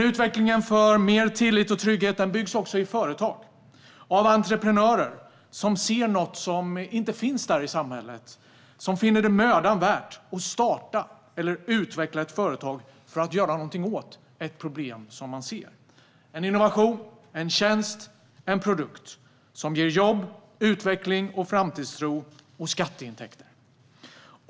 Utvecklingen för mer tillit och trygghet byggs också i företag, bland entreprenörer som ser något som inte finns där i samhället, som finner det mödan värt att starta eller utveckla ett företag för att göra någonting åt ett problem som man ser - en innovation, en tjänst, en produkt som ger jobb, utveckling, framtidstro och skatteintäkter.